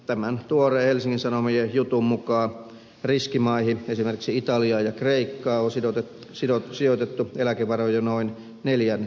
tämän tuoreen helsingin sanomien jutun mukaan riskimaihin esimerkiksi italiaan ja kreikkaan on sijoitettu eläkevaroja noin neljän miljardin euron verran